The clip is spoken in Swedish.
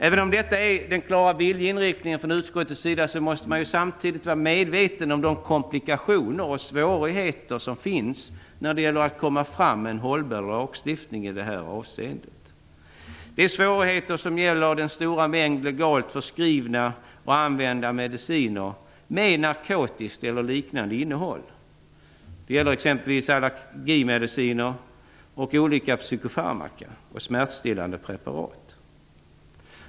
Även om detta är utskottets klara viljeinriktning måste man samtidigt vara medveten om de komplikationer och svårigheter som finns när det gäller att ta fram en hållbar lagstiftning i det här avseendet. Det är svårigheter som gäller den stora mängden legalt förskrivna och använda mediciner med narkotiskt eller liknande innehåll. Det gäller exempelvis allergimediciner, olika psykofarmaka och smärtstillande preparat.